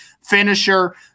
finisher